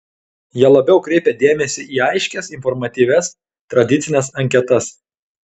jie labiau kreipia dėmesį į aiškias informatyvias tradicines anketas